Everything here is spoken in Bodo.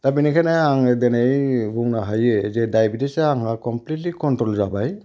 दा बेनिखायनो आङो दिनै बुंनो हायो जे दायबेटिसा आंहा कमप्लिटलि कन्ट्र'ल जाबाय